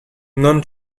non